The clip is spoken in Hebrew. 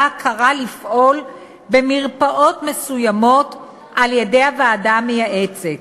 הכרה לפעול במרפאות מסוימות על-ידי הוועדה המייעצת,